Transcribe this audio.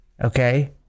okay